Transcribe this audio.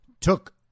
took